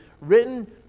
written